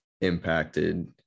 impacted